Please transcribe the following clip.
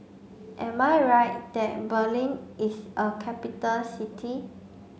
am I right that Berlin is a capital city